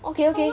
okay okay